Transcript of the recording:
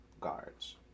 guards